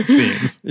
seems